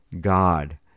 God